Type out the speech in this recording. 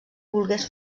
volgués